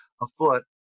afoot